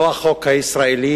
לא החוק הישראלי